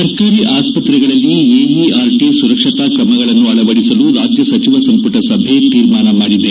ಸರ್ಕಾರಿ ಆಸ್ಪತ್ರೆಗಳಲ್ಲಿ ಎಇಆರ್ಟ ಸುರಕ್ಷತಾ ತ್ರಮಗಳನ್ನು ಅಳವಡಿಸಲು ರಾಜ್ಯ ಸಚಿವ ಸಂಪುಟ ಸಭೆ ತೀರ್ಮಾನ ಮಾಡಿದೆ